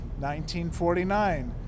1949